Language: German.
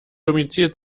domizil